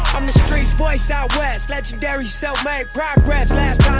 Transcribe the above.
i'm the street's voice out west legendary self-made progress last